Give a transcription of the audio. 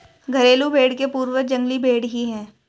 घरेलू भेंड़ के पूर्वज जंगली भेंड़ ही है